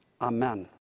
Amen